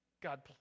God